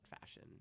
Fashion